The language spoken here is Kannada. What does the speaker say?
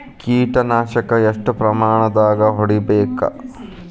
ಕೇಟ ನಾಶಕ ಎಷ್ಟ ಪ್ರಮಾಣದಾಗ್ ಹೊಡಿಬೇಕ?